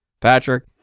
Patrick